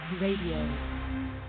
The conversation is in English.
Radio